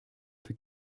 peut